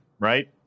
right